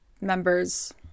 members